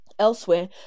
elsewhere